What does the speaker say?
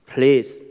Please